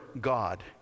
God